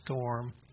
storm